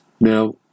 Now